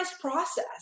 process